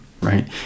Right